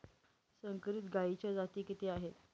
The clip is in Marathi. संकरित गायीच्या जाती किती आहेत?